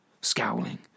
scowling